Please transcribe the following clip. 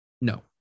No